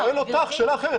אני שואל אותך שאלה אחרת.